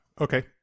Okay